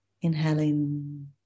Inhaling